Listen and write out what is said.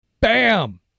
bam